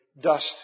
dust